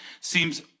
seems